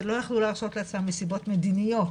שלא יכלו להרשות לעצמם מסיבות מדיניות